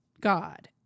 God